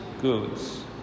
goods